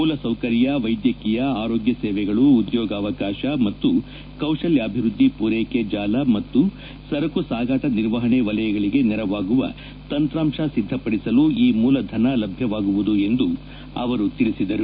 ಮೂಲ ಸೌಕರ್ಯ ವೈದ್ಯಕೀಯ ಆರೋಗ್ಯ ಸೇವೆಗಳು ಉದ್ಯೋಗಾವಕಾಶ ಮತ್ತು ಕೌಶಲ್ಯಾಭಿವ್ವದ್ದಿ ಪೂರೈಕೆ ಜಾಲ ಹಾಗೂ ಸರಕು ಸಾಗಟ ನಿರ್ವಹಣೆ ವಲಯಗಳಿಗೆ ನೆರವಾಗುವ ತಂತ್ರಾಂಶ ಸಿದ್ದಪದಿಸಲು ಈ ಮೂಲಧನ ಲಭ್ಯವಾಗುವುದು ಎಂದು ಅವರು ತಿಳಿಸಿದರು